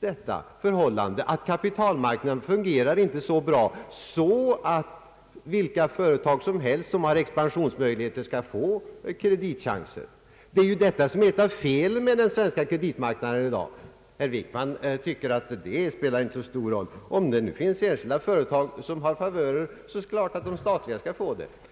detta förhållande, att kapitalmarknaden inte fungerar så bra att alla företag som har expansionsmöjligheter kan få kreditchanser. Detta är ju ett av felen med den svenska kreditmarknaden. Herr Wickman tycker att det inte spelar så stor roll. Om enskilda företag får favörer, är det klart att även statliga företag skall få favörer.